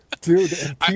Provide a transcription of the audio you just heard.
Dude